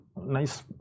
nice